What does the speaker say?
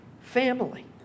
family